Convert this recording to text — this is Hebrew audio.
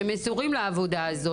שמסורים לעבודה,